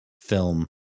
film